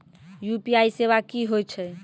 UPI सेवा की होय छै?